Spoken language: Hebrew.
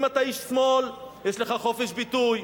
אם אתה איש שמאל, יש לך חופש ביטוי.